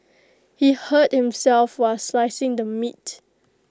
he hurt himself while slicing the meat